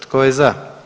Tko je za?